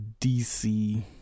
dc